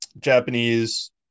Japanese